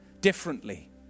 differently